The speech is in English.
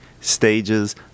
stages